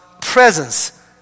presence